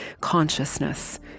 consciousness